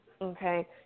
Okay